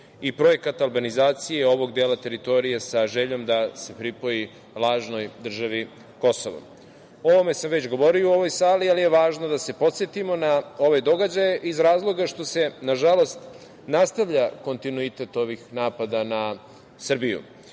i projekat albanizacije ovog dela teritorije, sa željom da se pripoji lažnoj državi Kosovo.O ovome sam već govorio u ovoj sali, ali je važno da se podsetimo na ove događaje, iz razloga što se nažalost nastavlja kontinuitet ovih napada na Srbiju.